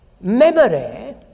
memory